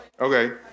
Okay